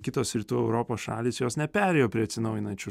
kitos rytų europos šalys jos neperėjo prie atsinaujinančių